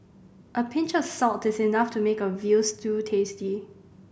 a pinch of salt is enough to make a veal stew tasty